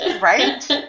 Right